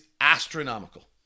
astronomical